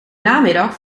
namiddag